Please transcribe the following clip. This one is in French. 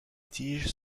tiges